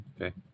Okay